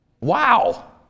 Wow